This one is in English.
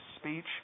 speech